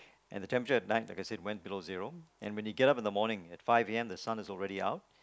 and the temperature at night like I said went below zero and when you get up in the morning at five A_M the sun is already out